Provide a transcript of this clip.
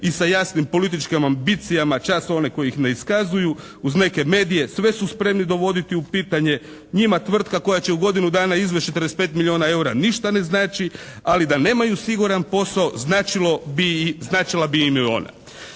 i sa jasnim političkim ambicijama, čas one koje ih ne iskazuju uz neke medije sve su spremni dovoditi u pitanje. Njima tvrtka koja će u godinu dana izvesti 45 milijuna eura ništa ne znači. Ali da nemaju siguran posao značilo bi im